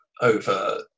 over